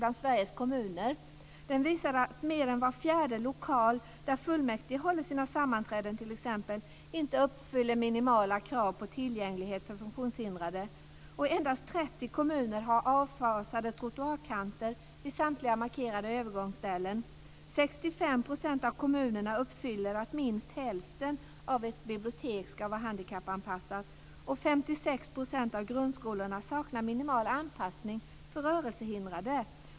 Den visar t.ex. att mer än var fjärde lokal där fullmäktige håller sina sammanträden inte uppfyller minimala krav på tillgänglighet för funktionshindrade. Och endast 30 kommuner har avfasade trottoarkanter vid samtliga markerade övergångsställen. 65 % av kommunerna uppfyller att minst hälften av ett bibliotek ska vara handikappanpassat, och 56 % av grundskolorna saknar minimal anpassning för rörelsehindrade.